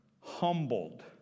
humbled